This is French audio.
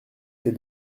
ces